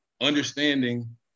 understanding